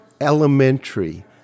elementary